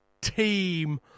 team